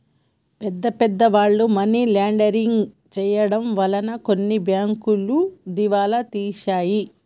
పెద్ద పెద్ద వాళ్ళు మనీ లాండరింగ్ చేయడం వలన కొన్ని బ్యాంకులు దివాలా తీశాయి